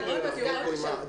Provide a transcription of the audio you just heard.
האלה?